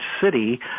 city